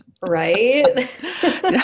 right